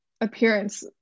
appearance